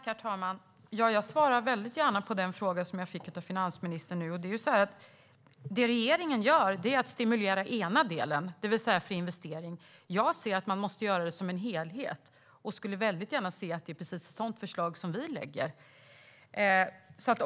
Herr talman! Jag svarar väldigt gärna på frågorna som jag fick av finansministern nu. Det regeringen gör är att stimulera den ena delen, det vill säga för investering. Jag anser att man måste göra det som en helhet och skulle väldigt gärna se precis ett sådant förslag som vi lägger fram.